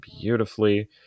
beautifully